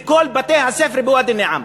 בכל בתי-הספר בוואדי-א-נעם.